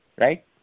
right